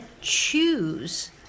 choose